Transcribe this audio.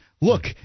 Look